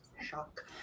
shock